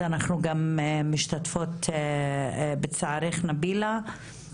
אז אנחנו גם משתתפות בצערך, נבילה,